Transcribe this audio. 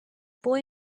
boy